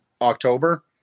October